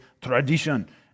tradition